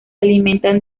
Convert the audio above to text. alimentan